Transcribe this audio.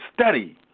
study